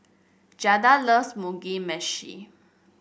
Jada loves Mugi Meshi